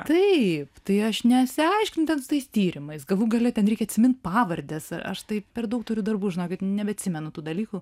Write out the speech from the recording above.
taip tai aš nesiaiškinu ten su tais tyrimais galų gale ten reikia atsimint pavardes aš taip per daug turiu darbų žinokit nebeatsimenu tų dalykų